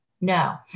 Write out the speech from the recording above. No